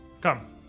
Come